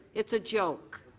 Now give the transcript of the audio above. it's a joke